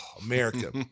America